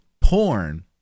porn